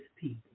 people